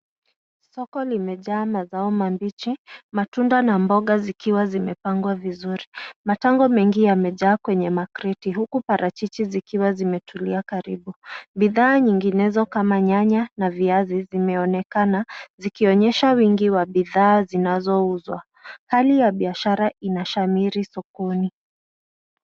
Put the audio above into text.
Soko limejaa mazao mabichi, matunda na mboga zikiwa zimepangwa vizuri. Matango mengi yamejaa kwenye makreti, huku parachichi zikiwa zimetulia karibu. Bidhaa nyinginezo kama nyanya na viazi, zimeonekana zikionyesha wingi wa bidhaa zinazouzwa. Hali ya biashara inashamiri sokoni.